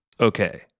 okay